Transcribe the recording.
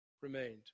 remained